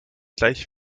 gleich